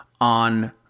on